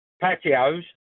patios